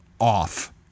off